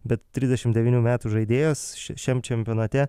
bet trisdešimt devynių metų žaidėjas šiam čempionate